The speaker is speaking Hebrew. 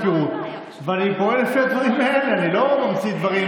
אני פועל לפי מה שקיבלתי מהמזכירות,